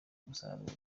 kumusaba